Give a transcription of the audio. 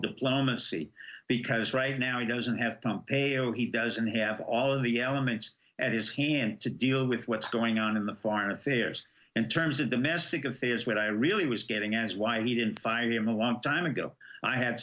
diplomacy because right now he doesn't have a he doesn't have all of the elements at his hand to deal with what's going on in the foreign affairs in terms of domestic affairs where i really was getting asked why he didn't fire him a long time ago i had